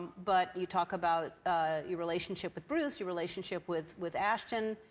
but you talk about your relationship with bruce, your relationship with with ashton.